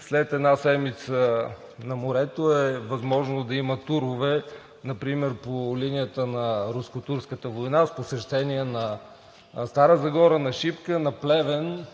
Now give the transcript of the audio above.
след една седмица на морето е възможно да има турове, например по линията на Руско-турската война – с посещение на Стара Загора, на Шипка, на Плевен.